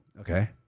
Okay